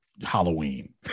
Halloween